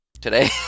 Today